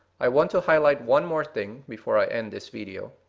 i want to highlight one more thing before i end this video.